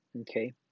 okay